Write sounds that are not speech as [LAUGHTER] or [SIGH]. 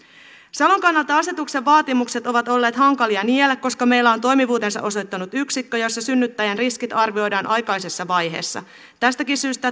salon kannalta asetuksen vaatimukset ovat olleet hankalia niellä koska meillä on toimivuutensa osoittanut yksikkö jossa synnyttäjän riskit arvioidaan aikaisessa vaiheessa tästäkin syystä [UNINTELLIGIBLE]